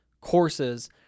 courses